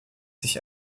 sich